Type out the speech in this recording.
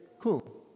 Cool